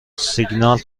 سیگنال